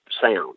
sound